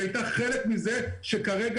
כלומר,